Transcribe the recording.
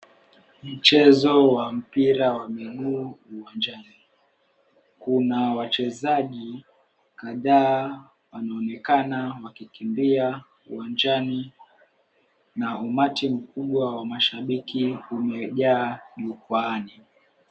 Mchezo wa mpira wa miguu uwanjani. Kuna wachezaji kadhaa wanoonekana wakikimbia uwanjani na umati mkubwa wa mashabiki umejaa uwanjani.